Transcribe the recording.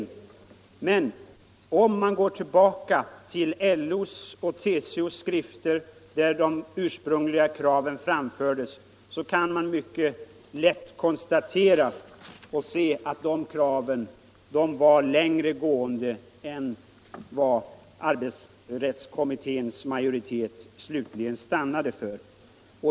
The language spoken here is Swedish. Om man emellertid går tillbaka till LO:s och TCO:s kongresskrifter där de ursprungliga kraven framfördes kan man mycket lätt konstatera att dessa krav gick längre än de förslag som arbetsrättskommittén slutligen stannade för.